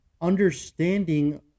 understanding